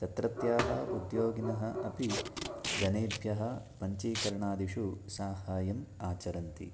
तत्रत्याः उद्योगिनः अपि जनेभ्यः पञ्चीकरणादिषु साहाय्यम् आचरन्ति